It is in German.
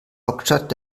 hauptstadt